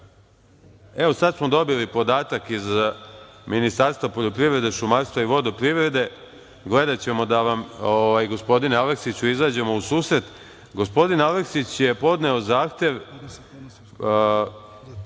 dobili smo podatak iz Ministarstva poljoprivrede, šumarstva i vodoprivrede, gledaćemo da vam gospodine Aleksiću izađemo u susret. Gospodin Aleksić je podneo zahtev